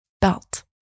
belt